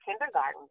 kindergarten